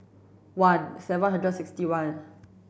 one seven hundred sixty one